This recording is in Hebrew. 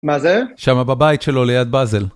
מה זה? שמה בבית שלו, ליד באזל.